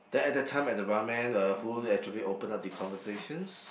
then at time at the ramen uh who actually open up the conversations